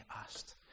asked